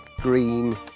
green